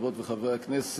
חברות וחברי הכנסת,